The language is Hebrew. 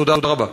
תודה רבה.